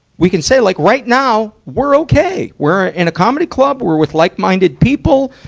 we can say, like, right now, we're okay. we're in a comedy club, we're with like-minded people,